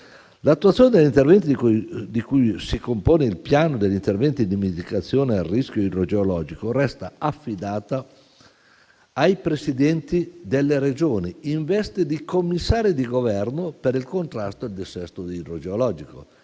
L'attuazione degli interventi di cui si compone il Piano degli interventi di mitigazione del rischio idrogeologico resta affidata ai presidenti delle Regioni, in veste di commissari di Governo per il contrasto al dissesto idrogeologico,